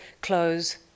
close